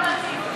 עוד סופרלטיב.